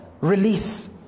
release